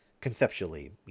conceptually